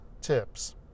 tips